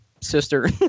sister